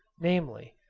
namely,